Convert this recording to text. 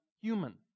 human